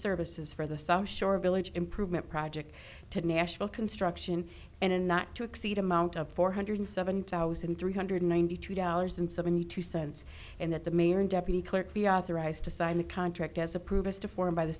services for the south shore village improvement project to national construction and not to exceed amount of four hundred seven thousand three hundred ninety two dollars and seventy two cents and that the mayor and deputy clerk reauthorized to sign the contract as approved us to form by the